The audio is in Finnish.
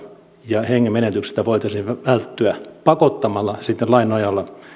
ja hengen menetykseltä voitaisiin välttyä pakottamalla lain nojalla